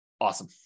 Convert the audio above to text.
Awesome